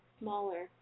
smaller